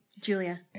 Julia